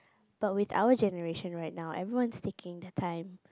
but with our generation right now everyone's taking their time